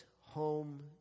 home